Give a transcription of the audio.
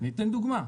אני אתן דוגמא.